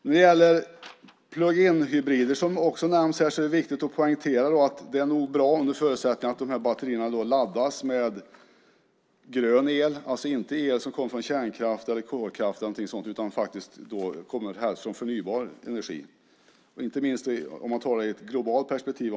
När det gäller plug-in hybrider, som också nämns här, är det viktigt att poängtera att de nog är bra under förutsättning att batterierna laddas med grön el, alltså inte el som kommer från kärnkraft, kolkraft eller någonting sådant utan faktiskt helst kommer från förnybar energi. Inte minst är det viktigt om vi tar det i ett globalt perspektiv.